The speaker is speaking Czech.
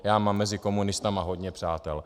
Já mám mezi komunisty hodně přátel.